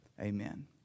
amen